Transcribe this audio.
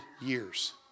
years